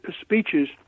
speeches